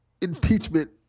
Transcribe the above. impeachment